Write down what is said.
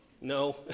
No